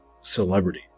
celebrity